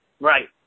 Right